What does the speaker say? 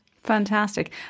Fantastic